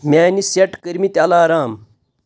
میانہِ سیٹ کٔرۍ مٕتۍ الارام